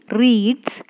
reads